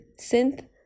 synth